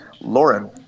Lauren